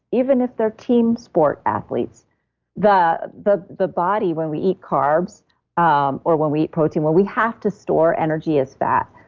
even if they're team sport athletes the the body when we eat carbs um or when we eat protein, well, we have to store energy as fat.